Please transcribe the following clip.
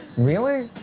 really?